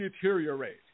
deteriorate